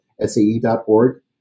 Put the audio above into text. SAE.org